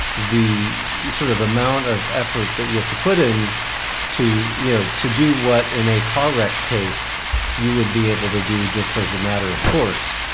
the sort of amount of effort that you have to put in to yeah to do what in a car wreck case you would be able to do just as a matter of course